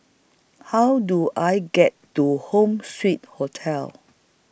How Do I get to Home Suite Hotel